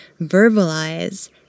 verbalize